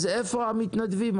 אז איפה המתנדבים?